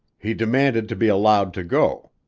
he demanded to be allowed to go.